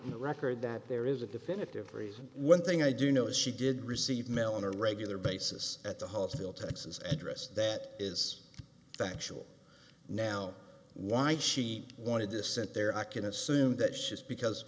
in the record that there is a definitive reason one thing i do know is she did receive mail on a regular basis at the hospital texas address that is factual now why she wanted to sit there i can assume that she is because